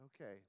Okay